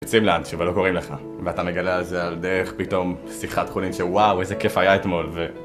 יוצאים לאנשהו ולא קוראים לך, ואתה מגלה על זה על דרך פתאום שיחת חולין, שוואו איזה כיף היה אתמול ו...